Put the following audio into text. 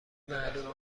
معلوم